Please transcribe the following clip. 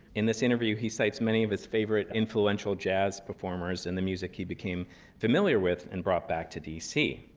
in this interview, he cites many of his favorite influential jazz performers and the music he became familiar with and brought back to dc.